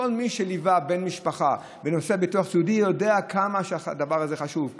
כל מי שליווה בן משפחה בנושא הביטוח הסיעודי יודע כמה הדבר הזה חשוב,